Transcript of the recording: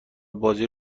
بازی